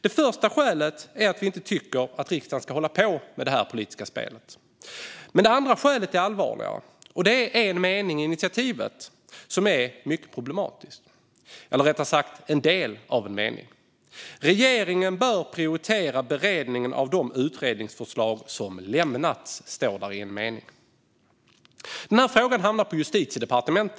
Det första skälet är att vi inte tycker att riksdagen ska hålla på med det här politiska spelet. Det andra skälet är allvarligare. Det är en del av en mening i initiativet som är mycket problematisk. Det står i en mening: Regeringen bör prioritera beredningen av de utredningsförslag som lämnats. Den här frågan hamnar på Justitiedepartementet.